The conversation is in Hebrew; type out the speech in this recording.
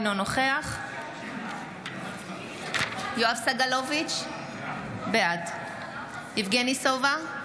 אינו נוכח יואב סגלוביץ' בעד יבגני סובה,